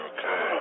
Okay